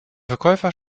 verkäufer